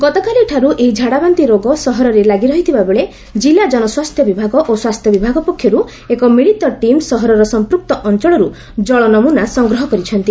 ଗତକାଲିଠାରୁ ଏହି ଝାଡ଼ାବାନ୍ତି ରୋଗ ସହରରେ ଲାଗିରହିଥିବାବେଳେ ଜିଲ୍ଲା ଜନସ୍ୱାସ୍ଥ୍ୟ ବିଭାଗ ଓ ସ୍ୱାସ୍ଥ୍ୟବିଭାଗ ପକ୍ଷରୁ ଏକ ମିଳିତ ଟିମ୍ ସହରର ସମ୍ମୂକ୍ତ ଅଅଳରୁ ଜଳ ନମୁନା ସଂଗ୍ରହ କରିଛନ୍ତି